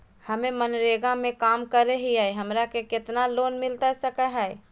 हमे मनरेगा में काम करे हियई, हमरा के कितना लोन मिलता सके हई?